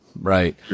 right